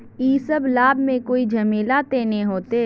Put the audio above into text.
इ सब लाभ में कोई झमेला ते नय ने होते?